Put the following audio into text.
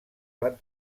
van